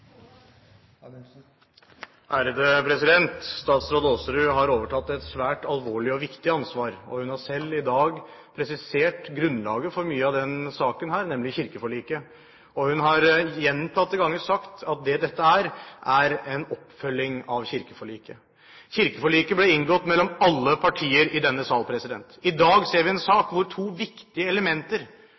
Statsråd Aasrud har overtatt et svært alvorlig og viktig ansvar, og hun har selv i dag presisert grunnlaget for mye av denne saken, nemlig kirkeforliket, og hun har gjentatte ganger sagt at det dette er, er en oppfølging av kirkeforliket. Kirkeforliket ble inngått mellom alle partier i denne sal. I dag ser vi en sak hvor to viktige elementer